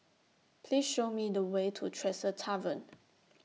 Please Show Me The Way to Tresor Tavern